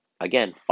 again